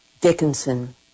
Dickinson